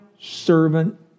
servant